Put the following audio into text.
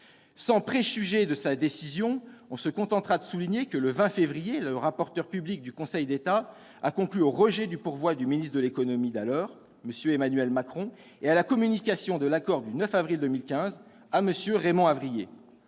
Sans préjuger de sa décision, on se contentera de souligner que, le 20 février dernier, la rapporteure publique du Conseil d'État a conclu au rejet du pourvoi du ministre de l'économie d'alors, M. Emmanuel Macron, et à la communication de l'accord du 9 avril 2015 à M. Avrillier.